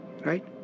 right